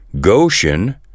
Goshen